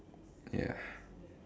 ya